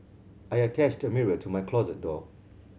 I attached a mirror to my closet door